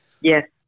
Yes